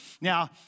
Now